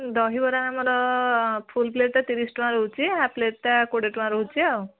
ଦହିବରା ଆମର full plate ଟା ତିରିଶ ଟଙ୍କା ରହୁଛି ଆଉ ହାଫ୍ ପ୍ଲେଟ୍ ଟା କୋଡ଼ିଏ ଟଙ୍କା ରହୁଛି ଆଉ